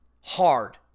hard